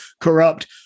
corrupt